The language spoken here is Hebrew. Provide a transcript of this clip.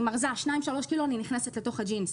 אני מרזה,2-3 קילו ואני נכנסת לתוך הג'ינס.